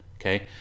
Okay